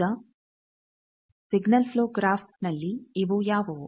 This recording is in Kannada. ಈಗ ಸಿಗ್ನಲ್ ಫ್ಲೋ ಗ್ರಾಫ್ನಲ್ಲಿ ಇವು ಯಾವುವು